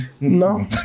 No